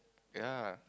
ya